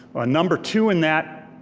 ah number two in that